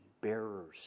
bearers